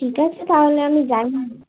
ঠিক আছে তাহলে আমি জানি